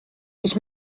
ich